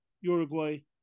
Uruguay